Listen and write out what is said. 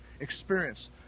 Experience